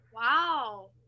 Wow